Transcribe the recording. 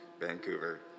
Vancouver